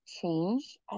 change